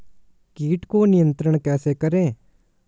कीट को नियंत्रण कैसे करें?